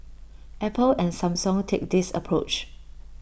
Apple and Samsung take this approach